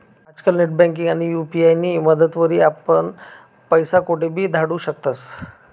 आजकाल नेटबँकिंग आणि यु.पी.आय नी मदतवरी आपण पैसा कोठेबी धाडू शकतस